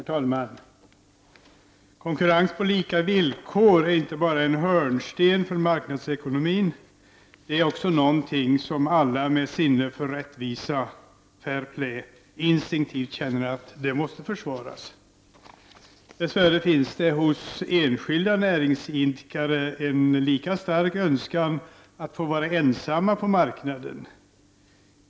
Herr talman! Konkurrens på lika villkor är inte bara en hörnsten för marknadsekonomin, det är också något som alla med sinne för rättvisa — fair play - instinktivt känner måste försvaras. Dess värre finns det hos enskilda näringsidkare en lika stark önskan att få vara ensamma på marknaden.